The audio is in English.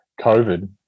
COVID